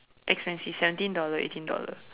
expensive seventeen dollar eighteen dollar